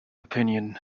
opinion